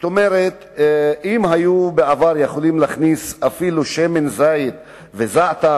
כלומר אם היו יכולים בעבר להכניס אפילו שמן זית וזעתר,